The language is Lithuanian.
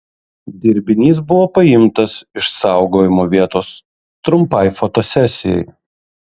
dirbinys buvo paimtas iš saugojimo vietos trumpai fotosesijai